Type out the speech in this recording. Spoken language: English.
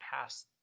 past